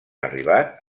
arribat